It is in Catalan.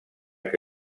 que